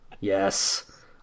yes